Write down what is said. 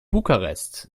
bukarest